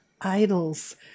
idols